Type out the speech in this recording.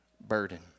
burden